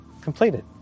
completed